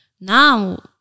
now